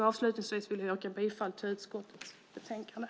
Avslutningsvis vill jag yrka bifall till utskottets förslag i betänkandet.